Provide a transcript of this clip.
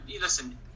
listen